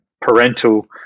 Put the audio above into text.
parental